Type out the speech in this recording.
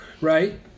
Right